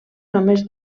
només